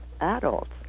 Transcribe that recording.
adults